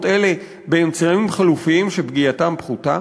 אלה באמצעים חלופיים שפגיעתם פחותה?"